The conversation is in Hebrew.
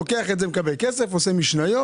לוקח את זה, עושה כסף, משניות.